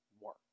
Work